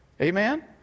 Amen